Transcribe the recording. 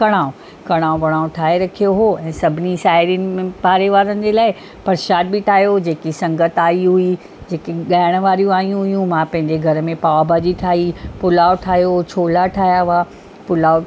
कड़ाह कड़ाह वड़ाह ठाहे रखियो हो ऐं सभिनी साहेड़ियुनि में पाड़े वारनि जे लाइ प्रसाद बि ठाहियो जेकी संगत आई हुई जेकी ॻाइण वारियूं आई हुयूं मां पंहिंजे घर में पाव भाजी ठाही पुलाव ठाहियो छोला ठाहिया हुआ पुलाव